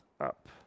up